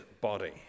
body